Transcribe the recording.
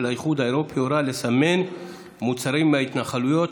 האיחוד האירופי הורה לסמן מוצרים מההתנחלויות,